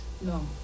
No